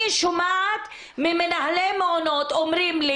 אני שומעת ממנהלי מעונות, אומרים לי